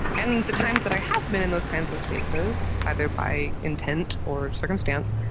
and the times that i have been in those kinds of spaces, either by intent or circumstance,